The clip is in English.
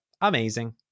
amazing